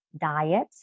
diet